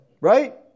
right